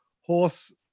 Horse